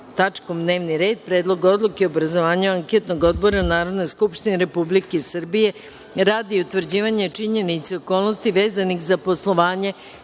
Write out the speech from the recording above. tačkom – Predlog odluke o obrazovanju anketnog odbora Narodne skupštine Republike Srbije radi utvrđivanja činjenica i okolnosti vezanih za poslovanje